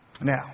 Now